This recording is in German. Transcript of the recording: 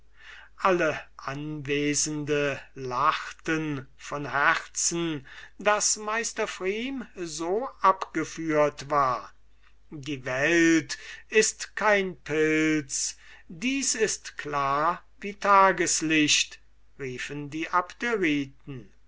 alle anwesende lachten von herzen daß meister pfrieme so abgeführt war die welt ist kein pilz dies ist klar wie taglicht riefen die